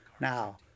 Now